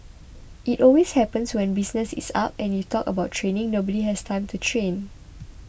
it always happens when business is up and you talk about training nobody has time to train